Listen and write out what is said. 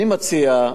אני מציע,